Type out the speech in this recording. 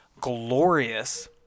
glorious